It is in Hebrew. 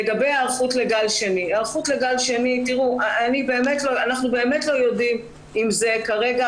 לגבי היערכות לגל שני אנחנו באמת לא יודעים אם כרגע